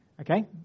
Okay